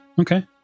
Okay